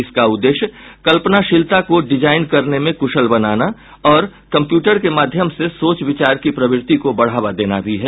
इसका उद्देश्य कल्पनाशीलता को डिजाइन करने में कुशल बनाना और कंप्यूटर के माध्यम से सोच विचार की प्रवृति को बढ़ावा देना भी है